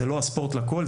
זה לא הספורט לכול,